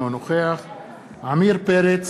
אינו נוכח עמיר פרץ,